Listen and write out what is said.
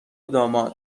داماد